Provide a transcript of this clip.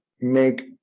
make